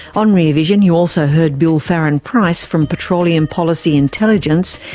on rear vision you also heard bill farren-price from petroleum policy intelligence,